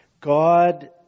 God